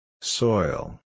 Soil